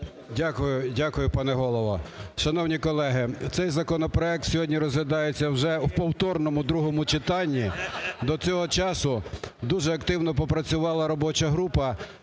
Дякую. Дякую, пане Голово! Шановні колеги, цей законопроект сьогодні розглядається вже в повторному другому читанні. До цього часу дуже активно попрацювала робоча група